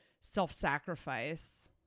self-sacrifice